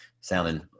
sounding